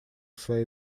свои